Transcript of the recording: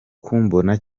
kumbona